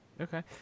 Okay